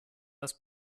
das